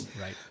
Right